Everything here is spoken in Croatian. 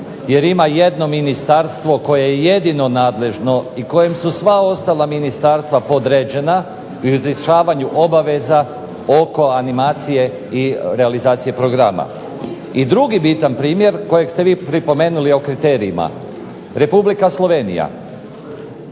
Jer ima jedno ministarstvo koje je jedino nadležno i kojem su sva ostala ministarstva podređena, u izvršavanju obaveza oko animacije i realizacije programa. I drugi bitan primjer kojeg ste vi pripomenuli o kriterijima, Republika Slovenija.